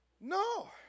No